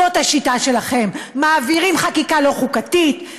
זאת השיטה שלכם: אתם מעבירים חקיקה לא חוקתית,